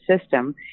system